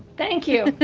thank you.